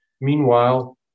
Meanwhile